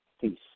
Peace